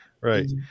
right